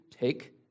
take